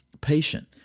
patient